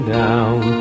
down